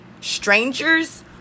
strangers